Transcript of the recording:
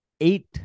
eight